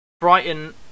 Brighton